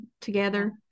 together